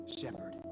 shepherd